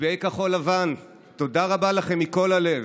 מצביע כחול לבן, תודה רבה לכם מכל הלב.